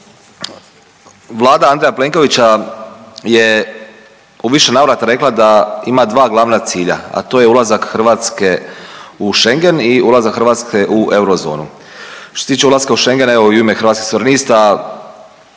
Vlada Andreja Plenkovića je u više navrata rekla da ima dva glavna cilja, a to je ulazak Hrvatske u Schengen i ulazak Hrvatske u eurozonu. Što se tiče ulaska u Schengen evo i u ime Hrvatskih suverenista